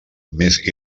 més